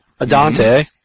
Adante